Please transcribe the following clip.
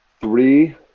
three